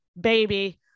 baby